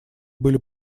были